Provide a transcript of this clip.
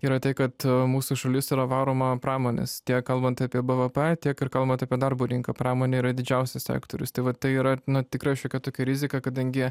yra tai kad mūsų šalis yra varoma pramonės tiek kalbant apie bvp tiek ir kalbant apie darbo rinką pramonė yra didžiausias sektorius tai va tai yra nu tikrai šiokia tokia rizika kadangi